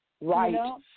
Right